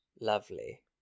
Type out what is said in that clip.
Lovely